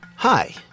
Hi